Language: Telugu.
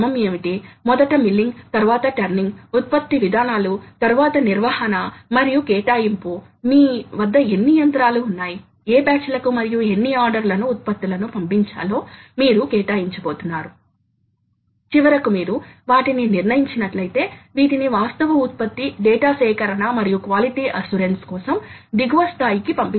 కాబట్టి ఒక విధంగా టార్క్ వాస్తవానికి పదార్థ తొలగింపు రేటు పై ఆధారపడి ఉంటుందని మీరు గమనించండి కనుక ఇది కట్ యొక్క లోతతో పాటు ఫీడ్ మీద కూడా ఆధారపడి ఉంటుంది